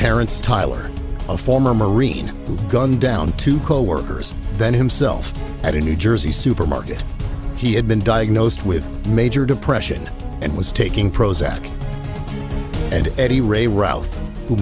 terence tyler a former marine who gunned down two coworkers then himself at a new jersey supermarket he had been diagnosed with major depression and was taking prozac and eddie ray routh who